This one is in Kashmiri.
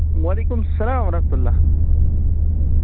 وعلیکُم السلام وَرحمَتُہ اللّہ